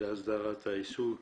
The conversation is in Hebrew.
להסדרת העיסוק